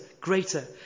greater